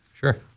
Sure